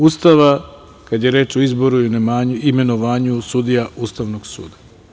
Ustava, kada je reč o izboru i imenovanju sudija Ustavnog suda.